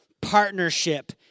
partnership